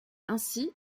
ainsi